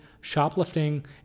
shoplifting